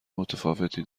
متفاوتی